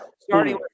Starting